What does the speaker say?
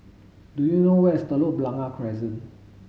do you know where is Telok Blangah Crescent